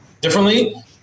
differently